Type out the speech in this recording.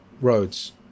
roads